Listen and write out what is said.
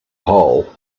hole